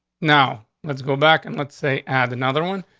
now let's go back and let's say add another one.